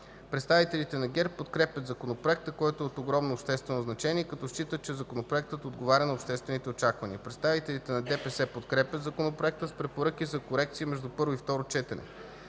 Представителите на ГЕРБ подкрепят законопроекта, който е от огромно обществено значение, като считат, че законопроектът отговаря на обществените очаквания. Представителите на ДПС подкрепят законопроекта с препоръки за корекции между първо и второ четене.